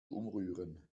umrühren